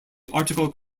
article